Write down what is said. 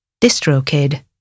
DistroKid